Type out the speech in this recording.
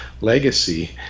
legacy